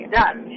done